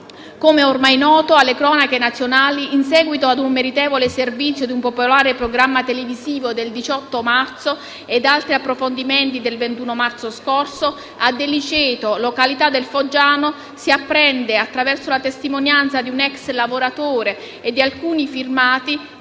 Come ormai noto alle cronache nazionali, in seguito a un meritevole servizio di un popolare programma televisivo del 18 marzo e ad altri approfondimenti del 21 marzo scorso, a Deliceto (località del Foggiano) si apprende, attraverso la testimonianza di un ex lavoratore e di alcuni filmati,